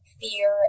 fear